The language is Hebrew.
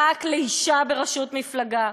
רק לאישה בראשות מפלגה,